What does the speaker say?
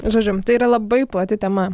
žodžiu tai yra labai plati tema